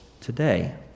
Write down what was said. today